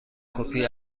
کپی